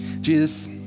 Jesus